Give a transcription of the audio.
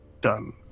Done